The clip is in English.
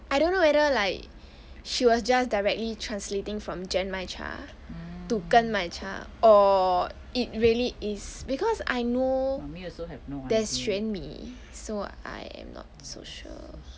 I don't know whether like she was just directly translating from genmaicha to 耕麦茶 or it really is because I know there's 玄米 so I'm not so sure